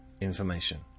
information